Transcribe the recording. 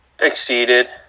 Exceeded